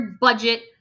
budget